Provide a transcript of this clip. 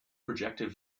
projective